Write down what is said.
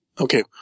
Okay